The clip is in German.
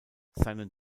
seinen